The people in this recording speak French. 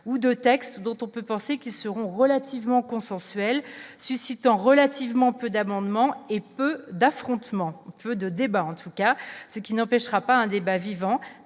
ou de textes dont on peut penser qu'ils seront relativement consensuel, suscitant relativement peu d'amendements et peu d'affrontements, peu de débat en tout cas, ce qui n'empêchera pas un débat vivant,